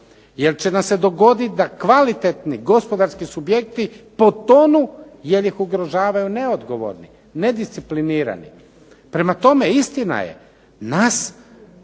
Jer će nam se dogoditi da kvalitetni gospodarski subjekti potonu jer ih ugrožavaju neodgovorni, nedisciplinirani. Prema tome, istina je nas